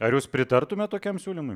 ar jūs pritartumėt tokiam siūlymui